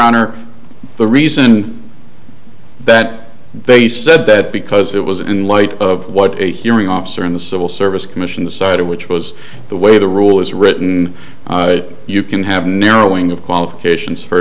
honor the reason that they said that because it was in light of what a hearing officer in the civil service commission decided which was the way the rule is written you can have narrowing of qualifications for